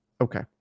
Okay